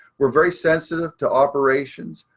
we're very sensitive to operations.